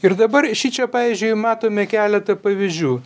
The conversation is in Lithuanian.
ir dabar šičia pavyzdžiui matome keletą pavyzdžių